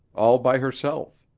all by herself.